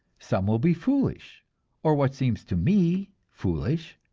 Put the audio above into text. some will be foolish or what seems to me foolish.